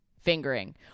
fingering